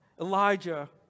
Elijah